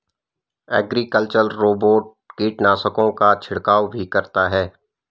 agricultural robot कीटनाशकों का छिड़काव भी करता है